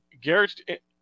Garrett